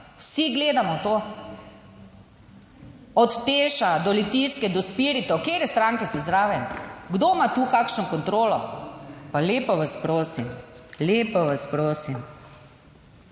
vsi gledamo to, od Teša, do Litijske, do Spiritov. Katere stranke so zraven? Kdo ima tu kakšno kontrolo? Pa lepo vas prosim, lepo vas prosim!